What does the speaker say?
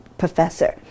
professor